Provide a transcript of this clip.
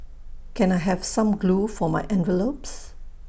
can I have some glue for my envelopes